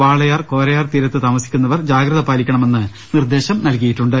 വാളയാർ കോരയാർ തീരത്തു താമസിക്കുന്നവർ ജാഗ്രത പാലിക്കണമെന്ന് നിർദ്ദേശം നൽകിയിട്ടുണ്ട്